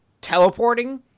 teleporting